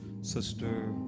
Sister